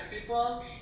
people